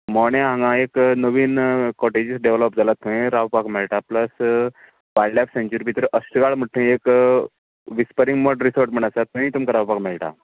मोल्यां हांगा एक नवीन कॉटेजीस डॅवलोप जाला थंय रावपाक मेळटा प्लस वायल्ड लायफ सॅन्चुरी भितर अश्टगाळ म्हणटा थंय एक विस्परींग मड रिजोर्ट म्हण आसा थंय तुमकां रावपाक मेळटा